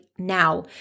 Now